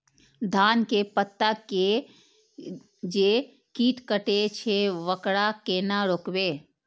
धान के पत्ता के जे कीट कटे छे वकरा केना रोकबे?